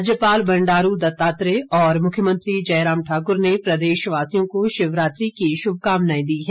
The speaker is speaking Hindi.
राज्यपाल बंडारू दत्तात्रेय और मुख्यमंत्री जयराम ठाकुर ने प्रदेशवासियों को शिवरात्रि की शुभकामनाएं दी है